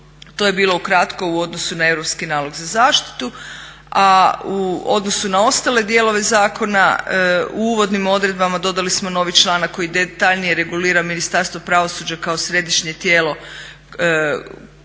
To je bilo ukratko u odnosu na europski nalog za zaštitu. A u odnosu na ostale dijelove zakona u uvodnim odredbama dodali smo novi članak koji detaljnije regulira Ministarstvo pravosuđa kao središnje tijelo